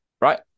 Right